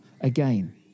again